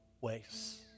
ways